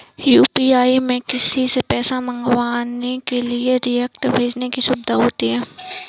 UPI में किसी से पैसा मंगवाने के लिए रिक्वेस्ट भेजने की सुविधा होती है